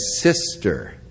sister